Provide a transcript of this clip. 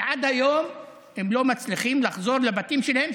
ועד היום הם לא מצליחים לחזור לבתים שלהם,